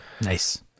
Nice